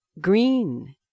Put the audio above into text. green